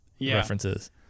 references